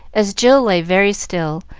as jill lay very still,